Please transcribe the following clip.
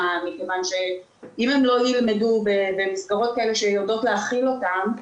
כיוון שאם הם לא ילמדו במסגרות כאלה שיודעות להכיל אותם,